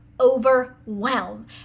overwhelm